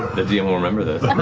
the dm will remember this.